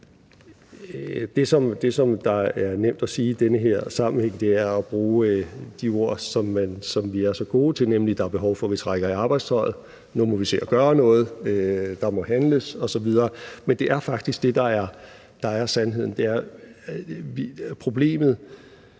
Det, som er nemt at gøre i den her sammenhæng, er at bruge de ord, som vi er så gode til, nemlig at der er behov for, at vi trækker i arbejdstøjet, og at nu må vi se at gøre noget, for der må handles osv. Men det er faktisk det, der er sandheden. Problemet